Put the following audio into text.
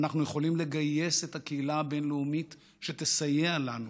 אנחנו יכולים לגייס את הקהילה הבין-לאומית שתסייע לנו.